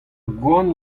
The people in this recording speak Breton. goan